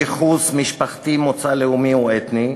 ייחוס משפחתי, מוצא לאומי או אתני,